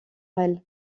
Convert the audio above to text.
brel